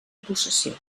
possessió